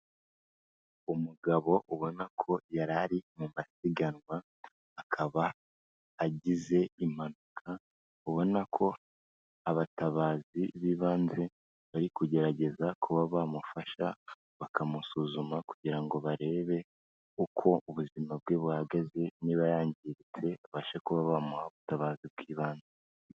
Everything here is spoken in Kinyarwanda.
Umugabo ubona ko yarari mu masiganwa akaba agize impanuka ubona ko abatabazi b'ibanze bari kugerageza kuba bamufasha bakamusuzuma kugira ngo barebe uko ubuzima bwe buhagaze niba yangiritse babashe kuba bamuha ubutabazi bw'ibanze.